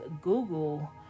Google